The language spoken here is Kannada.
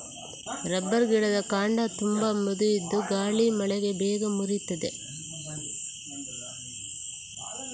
ರಬ್ಬರ್ ಗಿಡದ ಕಾಂಡ ತುಂಬಾ ಮೃದು ಇದ್ದು ಗಾಳಿ ಮಳೆಗೆ ಬೇಗ ಮುರೀತದೆ